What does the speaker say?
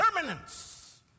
permanence